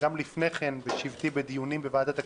וגם לפני כן בשבתי בדיונים בוועדת הכספים,